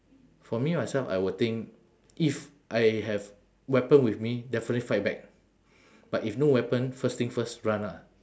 for me myself I will think if I have weapon with me definitely fight back but if no weapon first thing first run ah